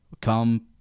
come